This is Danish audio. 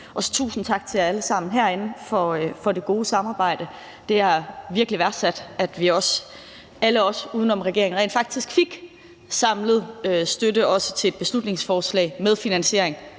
Også tusind tak til jer alle sammen herinde for det gode samarbejde. Det er virkelig værdsat, at alle os uden for regeringen rent faktisk fik samlet støtte også til et beslutningsforslag med finansiering,